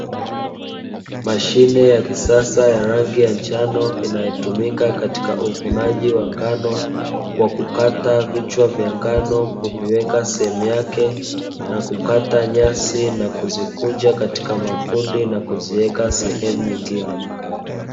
Mashine ya kisasa ya rangi ya njano, inayotumika katika uvunaji wa ngano kwa kukata vichwa vya ngano kuviweka sehemu yake, na kukata nyasi na kuzikunja katika makundi na kuziweka sehemu nyingine.